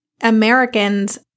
Americans